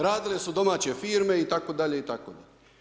Radile su domaće firme itd, itd.